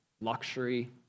luxury